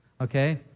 Okay